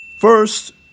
First